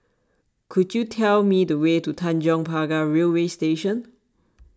could you tell me the way to Tanjong Pagar Railway Station